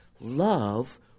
love